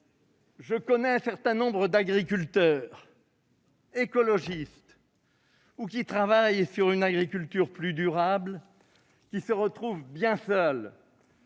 Je connais un certain nombre d'agriculteurs écologistes, ou qui travaillent à une agriculture plus durable, qui se retrouvent bien seuls